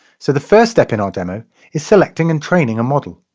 so the first step in our demo is selecting and training a model.